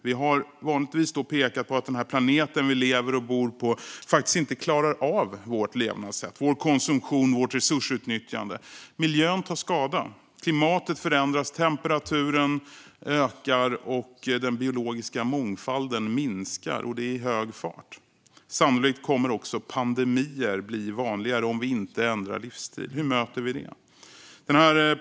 Vi har vanligtvis pekat på att den här planeten som vi lever och bor på faktiskt inte klarar vårt levnadssätt, vår konsumtion och vårt resursutnyttjande. Miljön tar skada. Klimatet förändras. Temperaturen ökar. Den biologiska mångfalden minskar i hög fart. Sannolikt kommer också pandemier att bli vanligare om vi inte ändrar livsstil. Hur möter vi det?